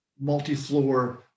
multi-floor